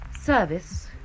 service